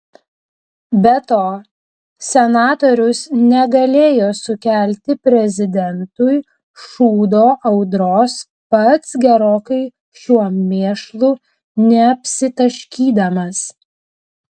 be to senatorius negalėjo sukelti prezidentui šūdo audros pats gerokai šiuo mėšlu neapsitaškydamas